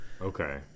Okay